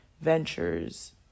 ventures